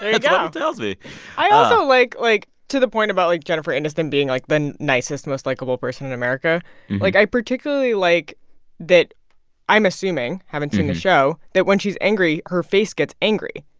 and tells me i also like like to the point about, like, jennifer aniston being, like, the nicest, most likable person in america like, i particularly like that i'm assuming haven't seen the show that when she's angry, her face gets angry,